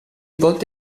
volti